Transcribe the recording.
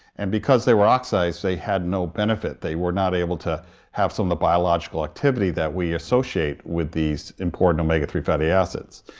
and because they were oxides they had no benefit, they were not able to have some of the biological activity that we associate with these important omega three fatty acids.